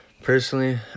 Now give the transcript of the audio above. Personally